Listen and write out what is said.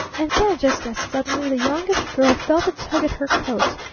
and then, just as suddenly, the youngish girl felt a tug at her coat,